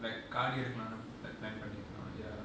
like காடிஎடுக்கலாம்னு:gaadi edukkalamnu plan பண்ணிருந்தோம:pannirundhom ya